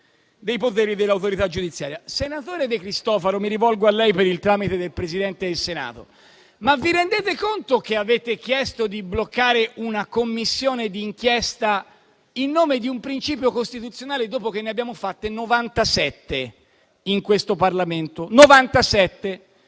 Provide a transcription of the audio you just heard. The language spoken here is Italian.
senatore De Cristofaro per il tramite del Presidente del Senato: vi rendete conto che avete chiesto di bloccare una Commissione d'inchiesta in nome di un principio costituzionale dopo che ne abbiamo fatte 97 in questo Parlamento?